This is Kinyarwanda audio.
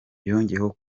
yongeyeho